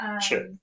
Sure